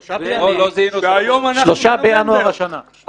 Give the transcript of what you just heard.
3 בינואר השנה.